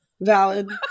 valid